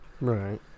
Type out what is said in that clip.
Right